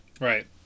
Right